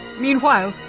meanwhile,